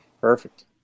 Perfect